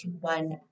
one